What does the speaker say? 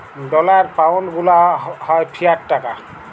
dollar, pound গুলা হ্যয় fiat টাকা